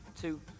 Two